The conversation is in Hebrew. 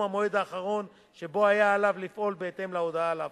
המועד האחרון שבו היה עליו לפעול בהתאם להודעה על הפרה.